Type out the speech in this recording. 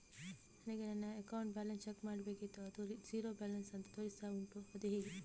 ನನಗೆ ನನ್ನ account balance check ಮಾಡ್ಲಿಕ್ಕಿತ್ತು ಅದು ಝೀರೋ ಬ್ಯಾಲೆನ್ಸ್ ಅಂತ ತೋರಿಸ್ತಾ ಉಂಟು ಅದು ಹೇಗೆ?